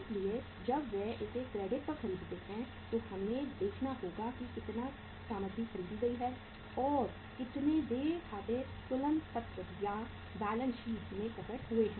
इसलिए जब वे इसे क्रेडिट पर खरीदते हैं तो हमें देखना होगा कि कितनी सामग्री खरीदी गई है और कितने देय खाते तुलन पत्र या बैलेंस शीट में प्रकट हुए हैं